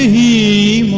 e